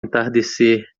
entardecer